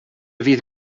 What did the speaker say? fydd